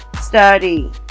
study